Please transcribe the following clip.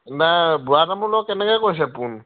নাই বুঢ়া তামোলৰ কেনেকৈ কৈছে পোণ